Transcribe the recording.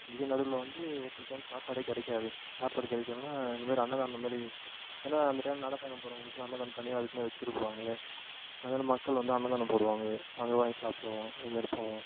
இதுக்கே நடுவில் வந்து ஒரு சில டைம் சாப்பாடு கிடைக்காது சாப்பாடு கிடைக்கலன்னா இந்த மாதிரி அன்னதானம் மாதிரி ஏன்னா அந்த டைமில் நடப்பயணம் போகிறவங்களுக்கு அன்னதானம் தனியாக அதுக்குன்னே வச்சிருப்பாங்க அதனால் மக்கள் வந்து அன்னதானம் போடுவாங்க அங்கே வாங்கி சாப்பிடுவோம் இதுமாரி போவோம்